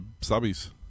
Subbies